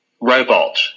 Robot